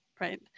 right